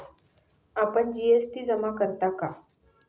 आपण जी.एस.टी जमा करता का?